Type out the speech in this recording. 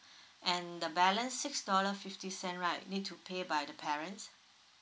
and the balance six dollar fIfty cent right need to pay by the parents